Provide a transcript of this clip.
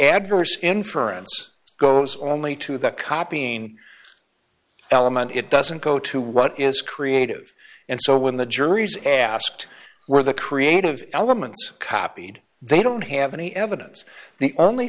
adverse inference goes on lee to that copying element it doesn't go to what is creative and so when the juries asked were the creative elements copied they don't have any evidence the only